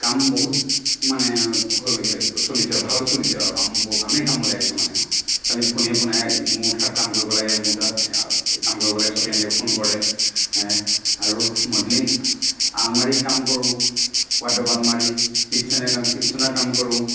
কাম বহুত মানে হৈ গৈছে চলিছে ভাল চলিছে আৰু কাম কামেই কাম ওলাই গৈছে মানে আৰু খালী ফোনেই ফোন আহে মোৰ তাত কাম কৰিব লাগে অমুৰ তাত কাম কৰিব লাগে চবেই এনেকৈ ফোন কৰে আৰু মডেলিং আলমাৰীৰ কাম কৰোঁ ৱাৰ্ডৱ আলমাৰী কীটচেনে কীটচেনৰ কাম কৰোঁ